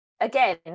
again